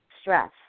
stress